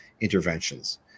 interventions